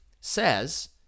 says